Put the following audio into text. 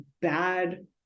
bad